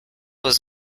was